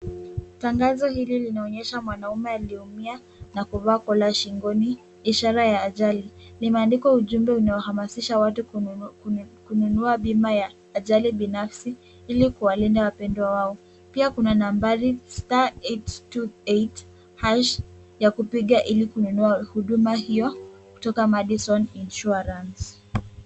Tangazo hili linaonyesha mwanaume aliyeumia na kuvaa kola shingoni ishara ya ajali. Lime andikwa ujumbe unao hamasisha watu kununua bima ya ajali binafsi ili kuwalinda wapendwa wao. Pia kuna nambari star eight two eingt hash ya kupiga ili kununua huduma hiyo Kutoka Madison Insurance .